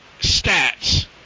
stats